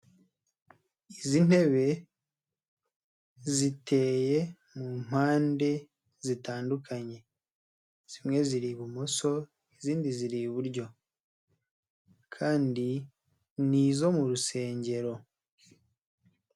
Izi ntebe ziteye mu mpande zitandukanye, zimwe ziri ibumoso izindi ziri iburyo kandi ni izo mu rusengero.